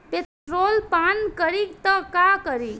Petrol पान करी त का करी?